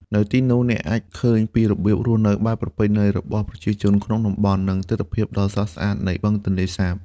នៅទីនោះ អ្នកអាចឃើញពីរបៀបរស់នៅបែបប្រពៃណីរបស់ប្រជាជនក្នុងតំបន់ និងទិដ្ឋភាពដ៏ស្រស់ស្អាតនៃបឹងទន្លេសាប។